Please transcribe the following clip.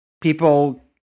People